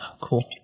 cool